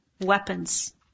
Weapons